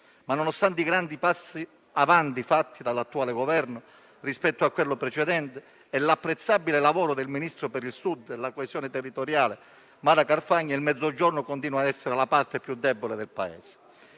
Ma, nonostante i grandi passi avanti fatti dall'attuale Governo rispetto a quello precedente e l'apprezzabile lavoro del ministro per il Sud e la coesione territoriale, Mara Carfagna, il Mezzogiorno continua a essere la parte più debole del Paese.